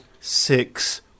six